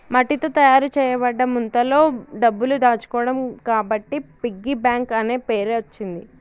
మట్టితో తయారు చేయబడ్డ ముంతలో డబ్బులు దాచుకోవడం కాబట్టి పిగ్గీ బ్యాంక్ అనే పేరచ్చింది